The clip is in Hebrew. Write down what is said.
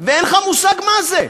ואין לך מושג מה זה?